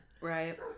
Right